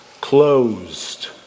closed